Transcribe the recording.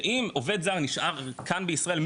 שאם עובד זר נשאר כאן בישראל,